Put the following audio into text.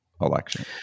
election